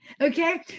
okay